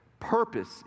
Purpose